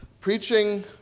Preaching